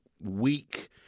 weak